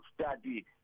study